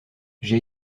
j’ai